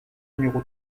numéro